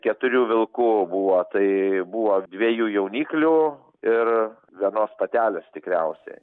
keturių vilkų buvo tai buvo dviejų jauniklių ir vienos patelės tikriausiai